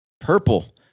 Purple